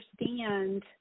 understand